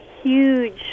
huge